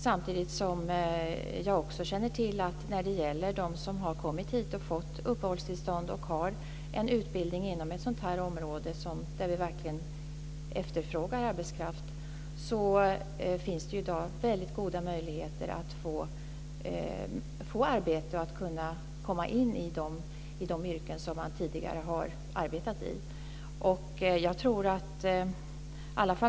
Samtidigt känner jag också till att när det gäller dem som har kommit hit och fått uppehållstillstånd och har en utbildning inom ett sådant område där vi verkligen efterfrågar arbetskraft så finns det i dag mycket goda möjligheter att få arbete och att kunna komma in i de yrken som man tidigare har arbetat inom.